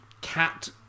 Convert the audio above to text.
cat